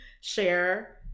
share